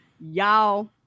Y'all